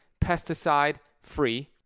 pesticide-free